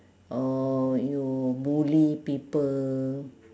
or you bully people